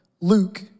Luke